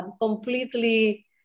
completely